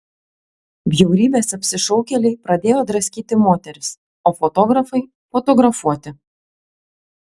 bjaurybės apsišaukėliai pradėjo draskyti moteris o fotografai fotografuoti